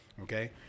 Okay